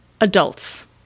adults